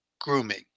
grooming